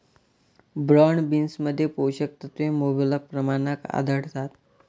broad बीन्समध्ये पोषक तत्वे मुबलक प्रमाणात आढळतात